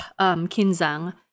Kinzang